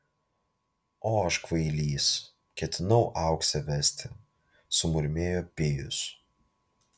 o aš kvailys ketinau auksę vesti sumurmėjo pijus